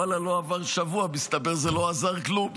ואללה, לא עבר שבוע, מסתבר שזה לא עזר כלום.